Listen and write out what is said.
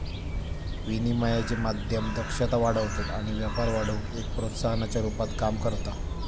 विनिमयाचे माध्यम दक्षता वाढवतत आणि व्यापार वाढवुक एक प्रोत्साहनाच्या रुपात काम करता